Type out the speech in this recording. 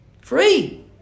Free